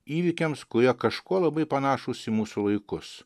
įvykiams kurie kažkuo labai panašūs į mūsų laikus